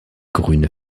grüne